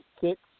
six